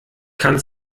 kann